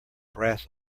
brass